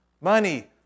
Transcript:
Money